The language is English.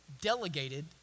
delegated